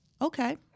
okay